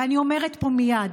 ואני אומרת פה מייד: